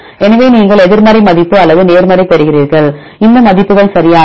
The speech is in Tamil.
எனவே நீங்கள் எதிர்மறை மதிப்பு அல்லது நேர்மறை பெறுகிறீர்கள் இந்த மதிப்புகள் சரியானவை